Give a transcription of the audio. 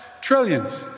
Trillions